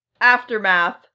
aftermath